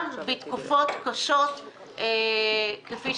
שעוסקות בחינוך הנוער גם בתקופות קשות כמו זו